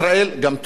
גם טורקיה,